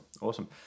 Awesome